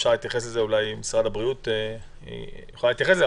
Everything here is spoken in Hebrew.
אולי משרד הבריאות יוכל להתייחס לזה.